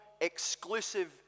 exclusive